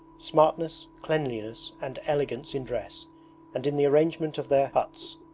smartness, cleanliness and elegance in dress and in the arrangement of their huts,